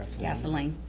so gasoline.